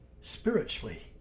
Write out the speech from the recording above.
spiritually